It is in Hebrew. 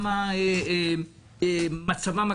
מה מצבן הכלכלי,